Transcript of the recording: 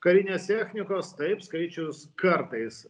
karinės technikos taip skaičius kartais